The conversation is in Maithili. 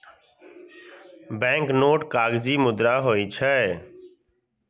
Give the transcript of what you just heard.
बैंकनोट कागजी मुद्रा होइ छै